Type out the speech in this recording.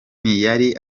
ntiyari